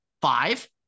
five